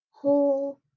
Whole